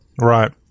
Right